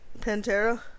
Pantera